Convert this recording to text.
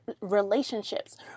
relationships